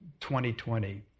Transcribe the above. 2020